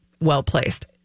well-placed